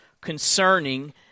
concerning